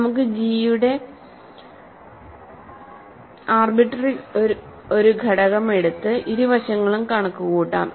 നമുക്ക് G യുടെ arbitrary ഒരു ഘടകം എടുത്ത് ഇരുവശങ്ങളും കണക്കുകൂട്ടാം